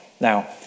Now